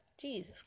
Jesus